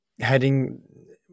heading